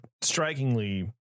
strikingly